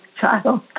child